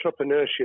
entrepreneurship